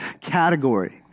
category